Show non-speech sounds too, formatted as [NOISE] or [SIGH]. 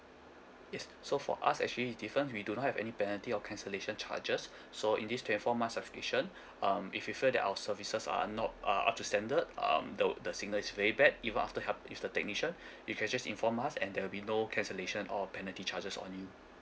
yes so for us actually is different we do not have any penalty or cancellation charges so in this twenty four months subscription [BREATH] um if you feel that our services are are not uh up to standard um the the signal is very bad even after help with the technician [BREATH] you can just inform us and there will be no cancellation or penalty charges on you